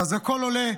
אז הכול עולה.